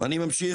אני ממשיך.